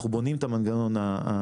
אנחנו בונים את המנגנון הנדרש.